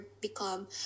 become